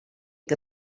que